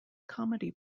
comedy